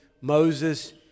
Moses